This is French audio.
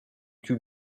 tuent